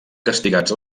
castigats